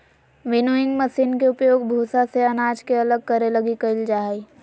winnowing machine के उपयोग भूसा से अनाज के अलग करे लगी कईल जा हइ